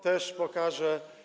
też pokażę.